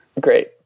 Great